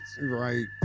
Right